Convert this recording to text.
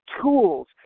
tools